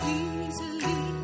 easily